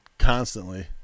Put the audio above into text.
Constantly